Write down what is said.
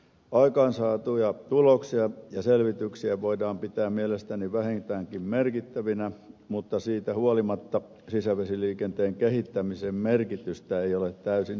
aikaansaatuja tuloksia ja selvityksiä voidaan pitää mielestäni vähintäänkin merkittävinä mutta siitä huolimatta sisävesiliikenteen kehittämisen merkitystä ei ole täysin ymmärretty